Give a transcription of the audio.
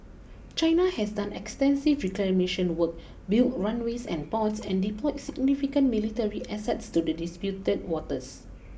China has done extensive reclamation work built runways and ports and deployed significant military assets to the disputed waters